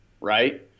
Right